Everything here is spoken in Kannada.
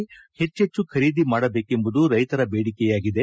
ಪೆಚ್ಚಚ್ಚು ಖರೀದಿ ಮಾಡಬೇಕೆಂಬುದು ರೈತರ ಬೇಡಿಕೆಯಾಗಿದೆ